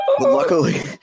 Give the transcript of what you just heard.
luckily